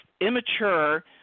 immature